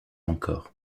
encore